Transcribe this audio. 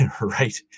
right